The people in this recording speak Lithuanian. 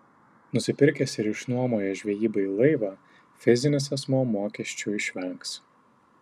nusipirkęs ir išnuomojęs žvejybai laivą fizinis asmuo mokesčių išvengs